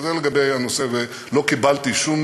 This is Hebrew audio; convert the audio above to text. וזה לגבי הנושא ולא קיבלתי שום